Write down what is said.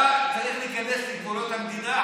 אתה צריך להיכנס לגבולות המדינה,